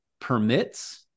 permits